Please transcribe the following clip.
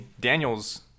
daniel's